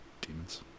demons